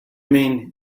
mean